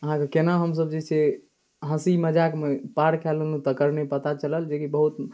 अहाँके कोना हमसभ जे छै से हँसी मजाकमे पार कऽ लेलहुँ तकर नहि पता चलल जेकि